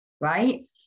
right